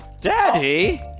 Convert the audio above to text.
Daddy